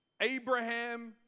Abraham